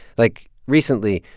like recently,